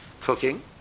cooking